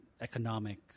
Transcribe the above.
economic